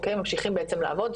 אוקיי ממשיכים בעצם לעבוד,